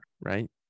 right